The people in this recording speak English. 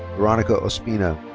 veronica ospina.